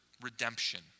redemption